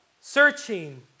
searching